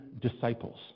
disciples